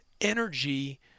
energy